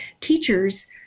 teachers